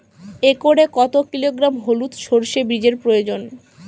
একরে কত কিলোগ্রাম হলুদ সরষে বীজের প্রয়োজন?